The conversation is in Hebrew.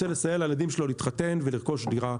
רוצה לסייע לילדים שלו להתחתן ולרכוש דירה.